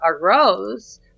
arose